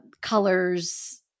colors